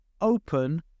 open